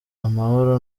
amahoro